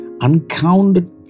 Uncounted